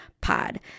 pod